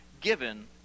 given